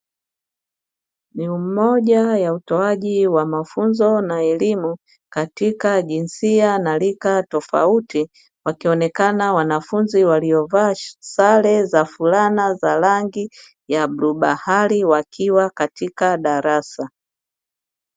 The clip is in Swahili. Ni umoja ya utoaji wa mafunzo na elimu katika jinsia na rika tofauti, wakionekana wanafunzi waliovaa sare za fulana za rangi ya bluu bahari, wakiwa katika darasa.